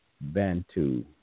Bantu